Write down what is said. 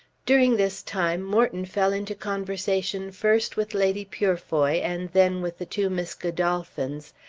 during this time morton fell into conversation first with lady purefoy and then with the two miss godolphins,